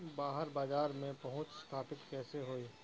बाहर बाजार में पहुंच स्थापित कैसे होई?